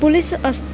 police ਅਸ